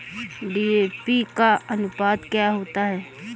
DAP का अनुपात क्या होता है?